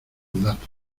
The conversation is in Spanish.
datos